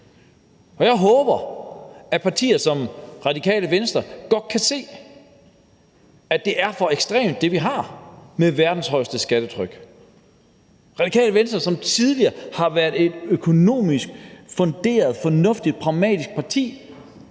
jeg håber, at partier som Radikale Venstre godt kan se, at det, som vi har med verdens højeste skattetryk, er for ekstremt – Radikale Venstre, som tidligere har været et økonomisk funderet, fornuftigt, pragmatisk parti,